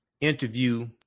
interview